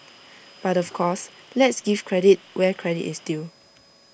but of course let's give credit where credit is due